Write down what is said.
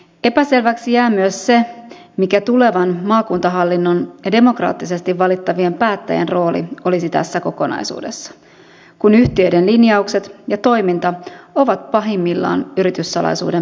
epäselväksi jää myös se mikä tulevan maakuntahallinnon demokraattisesti valittavien päättäjien rooli olisi tässä kokonaisuudessa kun yhtiöiden linjaukset ja toiminta ovat pahimmillaan yrityssalaisuuden piirissä